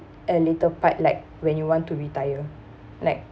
a little part like when you want to retire like